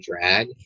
drag